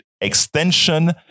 extension